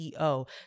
CEO